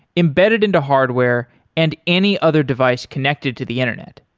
embedded into hardware and any other device connected to the internet.